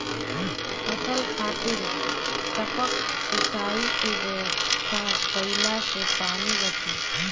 फसल खातिर टपक सिंचाई के व्यवस्था कइले से पानी बंची